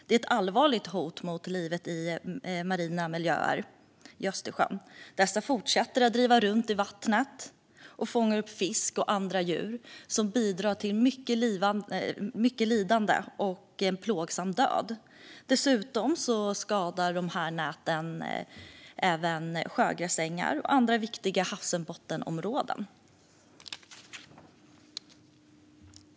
De är ett allvarligt hot mot livet i marina miljöer i Östersjön. De fortsätter att driva runt i vattnet och fångar upp fisk och andra djur, vilket leder till mycket lidande och en plågsam död. Dessutom skadar dessa nät sjögräsängar och andra viktiga havsbottenområden.